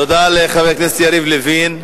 תודה לחבר הכנסת יריב לוין.